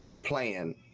plan